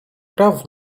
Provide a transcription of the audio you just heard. praw